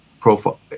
profile